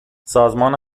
سازمان